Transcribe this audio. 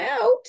out